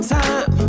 time